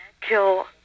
kill